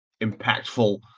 impactful